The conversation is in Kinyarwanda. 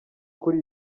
kuri